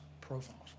profiles